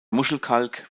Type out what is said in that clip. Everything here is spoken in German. muschelkalk